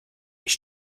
ich